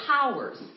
powers